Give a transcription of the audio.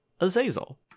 Azazel